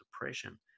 depression